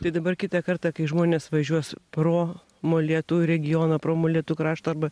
tai dabar kitą kartą kai žmonės važiuos pro molėtų regioną pro molėtų kraštą arba